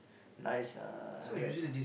nice uh rapper